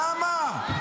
למה?